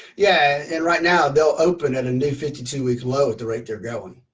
yeah, and right now they'll open at a new fifty two weeks low, the rate they're going.